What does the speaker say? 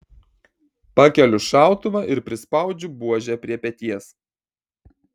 pakeliu šautuvą ir prispaudžiu buožę prie peties